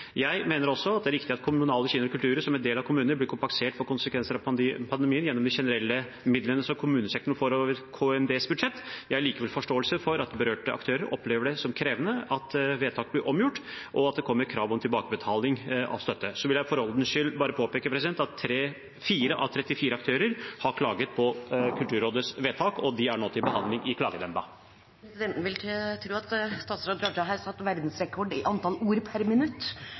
Jeg mener altså at det riktige er at kommunale kinoer og kulturhus som er en del av kommunen, blir kompensert for konsekvensene av pandemien gjennom de generelle midlene som kommunesektoren får over KMDs budsjett. Jeg har likevel forståelse for at de berørte aktørene opplever det som krevende at vedtak blir omgjort, og at det kommer krav om tilbakebetaling av støtte. Så vil jeg for ordens skyld bare påpeke at 4 av 34 aktører har klaget på Kulturrådets vedtak, og klagene er nå til behandling i Klagenemnda. Presidenten vil tro at statsråden her klarte å sette verdensrekord i antall ord per minutt.